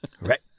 Right